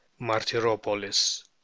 Martyropolis